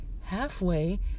halfway